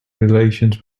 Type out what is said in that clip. relations